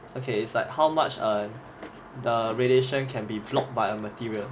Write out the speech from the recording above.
okay it's like how much err the radiation can be blocked by a material